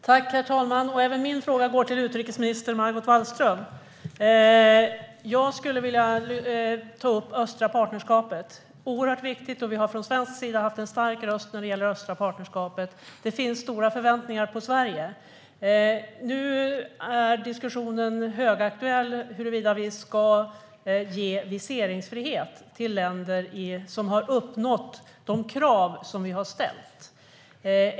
Herr talman! Även min fråga går till utrikesminister Margot Wallström. Jag skulle vilja ta upp det östliga partnerskapet. Det är oerhört viktigt, och vi har från svensk sida haft en stark röst när det gäller det östliga partnerskapet. Det finns stora förväntningar på Sverige. Nu är diskussionen högaktuell huruvida vi ska ge viseringsfrihet till länder som har uppnått de krav som vi har ställt.